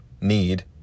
need